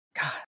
God